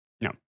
no